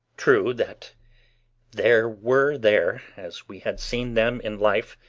true that there were there, as we had seen them in life,